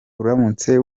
uramutse